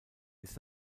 ist